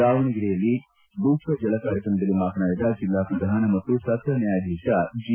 ದಾವಣಗೆರೆಯಲ್ಲಿ ವಿಶ್ವ ಜಲ ಕಾರ್ಯಕ್ರಮದಲ್ಲಿ ಮಾತನಾಡಿದ ಜಿಲ್ಲಾ ಪ್ರಧಾನ ಮತ್ತು ಸಕ್ರ ನ್ಯಾಯಾಧೀಶ ಜಿ